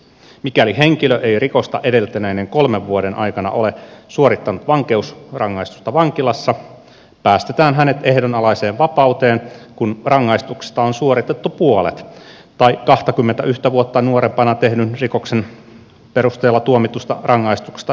mikäli henkilö ei rikosta edeltäneiden kolmen vuoden aikana ole suorittanut vankeusrangaistusta vankilassa päästetään hänet ehdonalaiseen vapauteen kun rangaistuksesta on suoritettu puolet tai kahtakymmentäyhtä vuotta nuorempana tehdyn rikoksen perusteella tuomitusta rangaistuksesta yksi kolmasosa